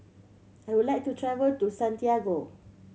I would like to travel to Santiago